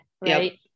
right